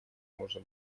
можно